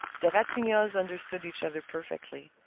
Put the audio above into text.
the ratignolles understood each other perfectly.